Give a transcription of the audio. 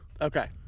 okay